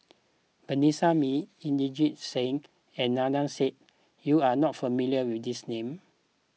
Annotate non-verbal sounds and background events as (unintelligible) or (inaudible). Vanessa Mae Inderjit Singh and Adnan (unintelligible) you are not familiar with these names